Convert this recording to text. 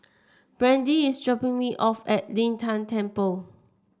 Brandee is dropping me off at Lin Tan Temple